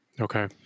Okay